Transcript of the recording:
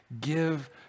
give